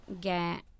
get